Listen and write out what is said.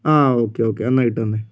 ആ okay okay ഒന്ന് ഇട്ട് തന്നെ